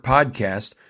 Podcast